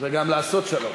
וגם לעשות שלום.